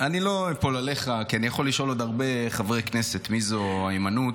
אני לא אפול עליך כי אני יכול לשאול עוד הרבה חברי כנסת מי זו היימנוט.